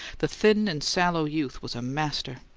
the thin and sallow youth was a master.